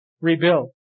Rebuild